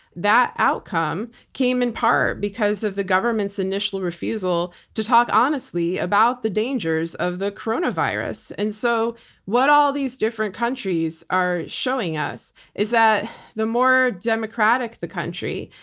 that outcome came in part because of the government's initial refusal to talk honestly about the dangers of the coronavirus. and so what all these different countries are showing us is that the more democratic the country,